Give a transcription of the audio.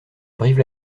brive